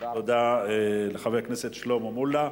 תודה לחבר הכנסת שלמה מולה.